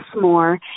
more